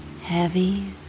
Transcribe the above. heavy